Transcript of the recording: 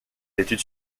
études